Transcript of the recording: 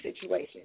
situation